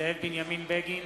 זאב בנימין בגין,